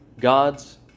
God's